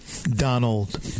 Donald